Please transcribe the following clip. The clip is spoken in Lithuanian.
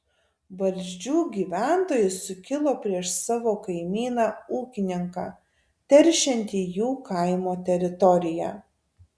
barzdžių gyventojai sukilo prieš savo kaimyną ūkininką teršiantį jų kaimo teritoriją